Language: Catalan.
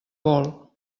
vol